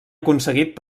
aconseguit